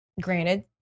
granted